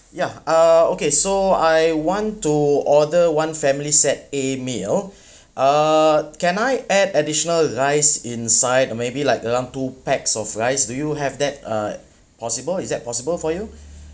ya uh okay so I want to order one family set a meal uh can I add additional rice inside maybe like around two pax of rice do you have that uh possible is that possible for you